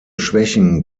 schwächen